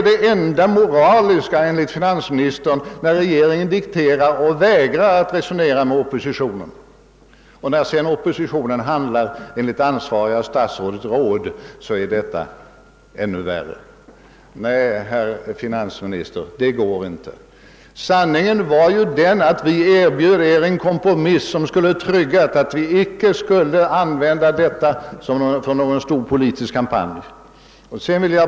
Det enda moraliska är enligt finansministern att regeringen dikterar och vägrar att resonera med oppositionen. Och när oppositionen handlar enligt det ansvariga statsrådets uppmaning är detta ännu värre. Nej, herr finansminister, det går inte! Sanningen är den att vi erbjöd er en kompromiss som skulle ha garanterat att hyresregleringens avveckling inte användes som argument i någon stor politisk kampanj.